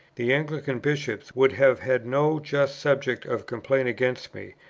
the anglican bishops would have had no just subject of complaint against me,